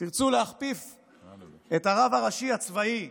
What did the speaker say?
את הרב הצבאי הראשי.